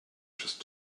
just